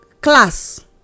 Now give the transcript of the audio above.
class